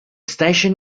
station